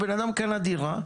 בן אדם קנה דירה,